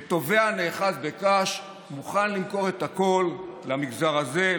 כטובע הנאחז בקש הוא מוכן למכור את הכול למגזר הזה,